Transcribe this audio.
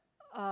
um